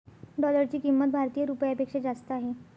डॉलरची किंमत भारतीय रुपयापेक्षा जास्त आहे